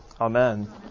Amen